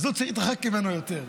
אז צריך להתרחק ממנו יותר.